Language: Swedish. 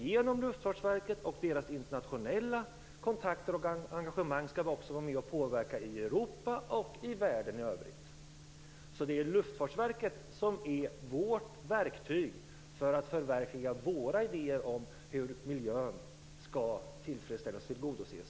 Genom Luftfartsverket och dess internationella kontakter och engagemang skall vi också vara med och påverka i Europa och i världen i övrigt. Det är alltså Luftfartsverket som är vårt verktyg för att förverkliga våra idéer om hur miljökraven skall tillgodoses.